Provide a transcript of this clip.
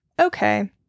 okay